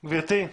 גבירתי,